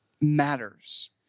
matters